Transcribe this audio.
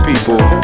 people